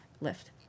lift